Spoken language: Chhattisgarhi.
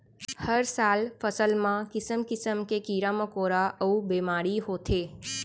हर साल फसल म किसम किसम के कीरा मकोरा अउ बेमारी होथे